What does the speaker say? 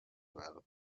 well